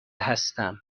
هستم